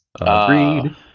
Agreed